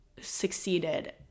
succeeded